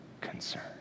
concern